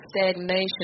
stagnation